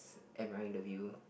am I don't you